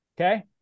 Okay